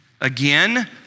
Again